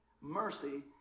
mercy